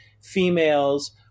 females